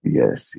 yes